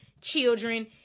children